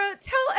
tell